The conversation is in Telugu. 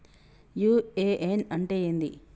యు.ఎ.ఎన్ అంటే ఏంది?